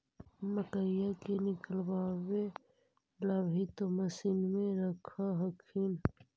मकईया के निकलबे ला भी तो मसिनबे रख हखिन?